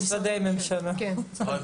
צוהריים